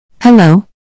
Hello